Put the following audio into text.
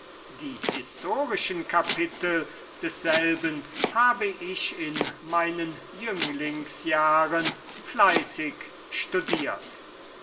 die historischen kapitel desselben habe ich in meinen jünglingsjahren fleißig studiert